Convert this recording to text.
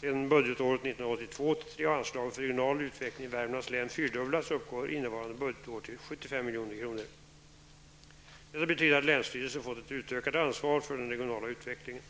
Sedan budgetåret Värmlands län blivit fyra gånger så stort och uppgår innevarande budgetår till 75 milj.kr. Detta betyder att länsstyrelsen fått ett utökat ansvar för den regionala utvecklingen.